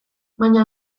baina